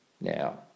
Now